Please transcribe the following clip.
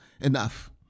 enough